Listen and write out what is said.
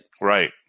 Right